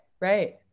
right